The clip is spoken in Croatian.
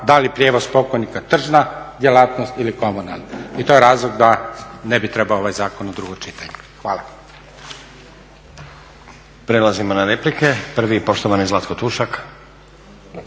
da li je prijevoz pokojnika tržna djelatnost ili komunalna. I to je razlog da ne bi trebao ovaj zakon u drugo čitanje. Hvala. **Stazić, Nenad (SDP)** Prelazimo na replike. Prvi poštovani Zlatko Tušak.